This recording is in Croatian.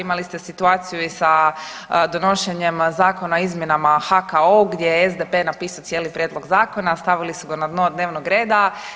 Imali ste situaciju i sa donošenjem Zakona o izmjenama HKO gdje je SDP napisao cijeli prijedlog zakona, stavili su ga na dno dnevnog reda.